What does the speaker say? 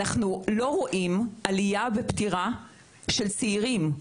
אנחנו לא רואים עלייה בפטירה של צעירים.